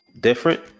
different